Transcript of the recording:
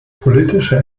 politische